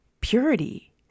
purity